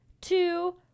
two